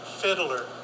fiddler